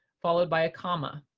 followed by a comma.